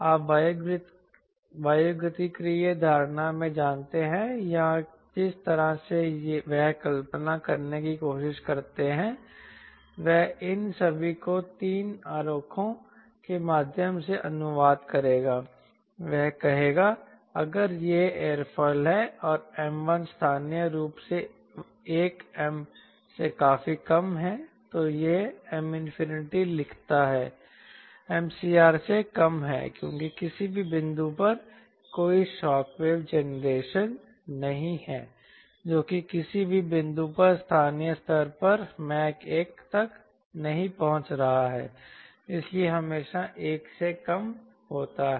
आप वायुगतिकीय धारणा में जानते हैं या जिस तरह से वह कल्पना करने की कोशिश करता है वह इन सभी को तीन आरेखों के माध्यम से अनुवाद करेगा वह कहेगा अगर यह एयरोफिल है और M 1 स्थानीय रूप से 1 M से काफी कम है तो यह Mलिखता है MCR से कम है क्योंकि किसी भी बिंदु पर कोई शॉक वेव जनरेशन नहीं है जो कि किसी भी बिंदु पर है स्थानीय स्तर पर मैक 1 तक नहीं पहुंच रहा है इसलिए हमेशा एक से कम होता है